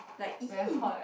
like !ee!